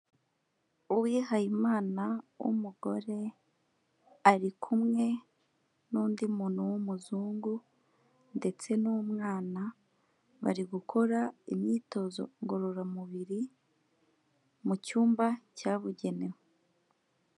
Uwihaye Imana w'umugore, ari kumwe n'undi muntu w'umuzungu ndetse n'umwana, bari gukora imyitozo ngororamubiri, mu cyumba cyabugenewe.